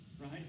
Right